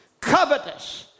Covetous